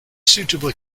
suitably